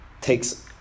takes